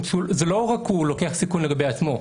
הוא לא לוקח סיכון רק לגבי עצמו.